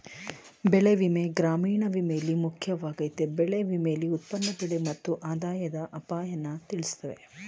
ಬೆಳೆವಿಮೆ ಗ್ರಾಮೀಣ ವಿಮೆಲಿ ಮುಖ್ಯವಾಗಯ್ತೆ ಬೆಳೆ ವಿಮೆಲಿ ಉತ್ಪನ್ನ ಬೆಲೆ ಮತ್ತು ಆದಾಯದ ಅಪಾಯನ ತಿಳ್ಸವ್ರೆ